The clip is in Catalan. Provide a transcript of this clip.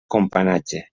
companatge